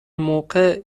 موقع